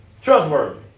trustworthy